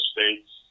State's